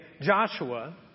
Joshua